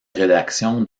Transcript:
rédaction